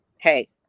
hey